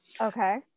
Okay